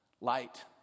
light